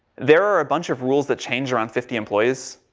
there are a bunch of rules that change around fifty employees.